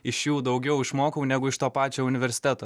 iš jų daugiau išmokau negu iš to pačio universiteto